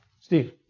Steve